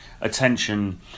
attention